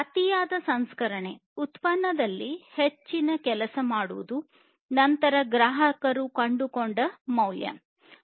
ಅತಿಯಾದ ಸಂಸ್ಕರಣೆ ಉತ್ಪನ್ನದಲ್ಲಿ ಹೆಚ್ಚಿನ ಕೆಲಸ ಮಾಡುವುದು ನಂತರ ಗ್ರಾಹಕರು ಕಂಡುಕೊಂಡ ಮೌಲ್ಯ ಆಗಿವೆ